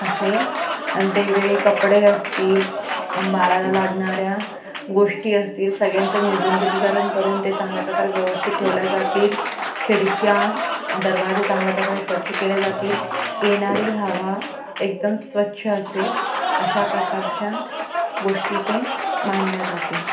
असेल वेगवेगळे कपडे असतील बाळाला लागणाऱ्या गोष्टी असतील सगळ्यांचं निर्जंतुकीकरण करून ते चांगल्या प्रकारे व्यवस्थित ठेवल्या जातील खिडक्या दरवाजे चांगल्या प्रकारे स्वच्छ केल्या जातील येणारी हवा एकदम स्वच्छ असेल अशा प्रकारच्या गोष्टी ते मांडल्या जातील